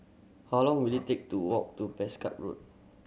how long will it take to walk to Road